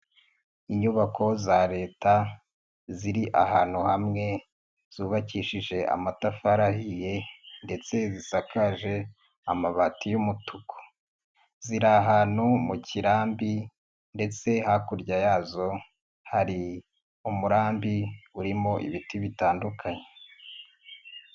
Inyubako za leta ziri ahantu hamwe zubakishije amatafari ahiye ndetse zisakaje amabati y'umutuku, ziri ahantu mu kirambi ndetse hakurya yazo hari umurambi urimo ibiti bitandukanye.